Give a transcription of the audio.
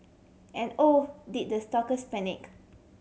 and oh did the stalkers panic